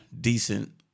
decent